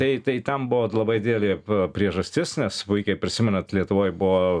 tai tai ten buvo labai didelė priežastis nes puikiai prisimenat lietuvoj buvo